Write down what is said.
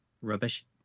rubbish